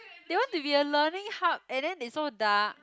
they want to be a learning hub and then they so dark